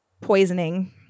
poisoning